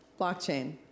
Blockchain